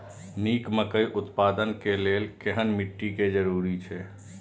निक मकई उत्पादन के लेल केहेन मिट्टी के जरूरी छे?